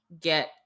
get